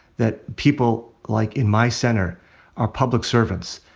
that people like in my center are public servants.